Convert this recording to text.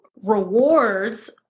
rewards